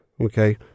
Okay